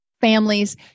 families